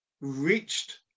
reached